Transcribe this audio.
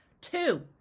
Two